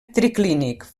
triclínic